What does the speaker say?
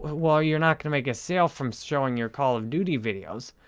well, you're not going to make a sale from showing your call of duty videos.